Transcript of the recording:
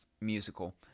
musical